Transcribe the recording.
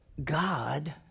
God